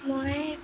মই